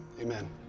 Amen